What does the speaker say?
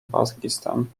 pakistan